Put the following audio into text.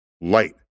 light